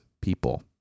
people